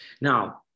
Now